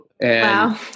Wow